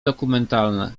dokumentalne